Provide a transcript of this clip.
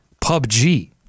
PUBG